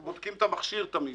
הם בודקים את המכשיר תמיד